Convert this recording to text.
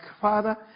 Father